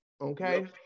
Okay